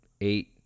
eight